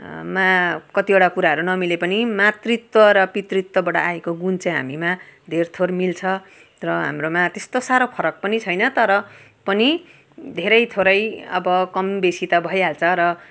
मा कतिवटा कुराहरू नमिले पनि मातृत्व र पितृत्वबाट आएको गुण चाहिँ हामीमा धेर थोर मिल्छ र हाम्रोमा त्यस्तो साह्रो फरक पनि छैन तर पनि धेरै थोरै अब कम बेसी त भइहाल्छ र